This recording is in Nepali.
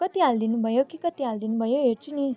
कति हालिदिनु भयो के कति हालिदिनु भयो हेर्छु नि